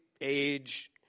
age